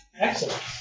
Excellent